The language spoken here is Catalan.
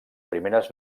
primeres